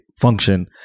function